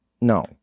no